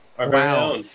Wow